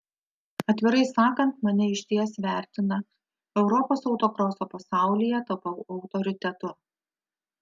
atvirai sakant mane išties vertina europos autokroso pasaulyje tapau autoritetu